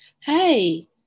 Hey